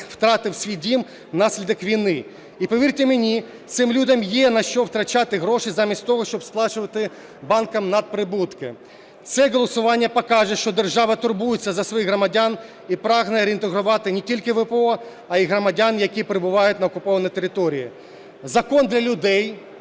втратив свій дім внаслідок війни. І, повірте мені, цим людям є на що витрачати гроші замість того, щоб сплачувати банкам надприбутки. Це голосування покаже, що держава турбується за своїх громадян і прагне інтегрувати не тільки ВПО, а і громадян, які перебувають на окупованій території. Закон для людей.